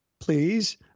Please